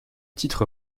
titre